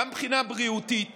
גם מבחינה בריאותית